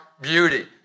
beauty